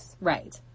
Right